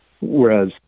whereas